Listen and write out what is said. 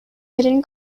hidden